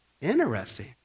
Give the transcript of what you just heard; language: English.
Interesting